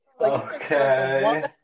Okay